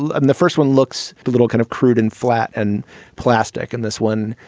um the first one looks a little kind of crude and flat and plastic in this one.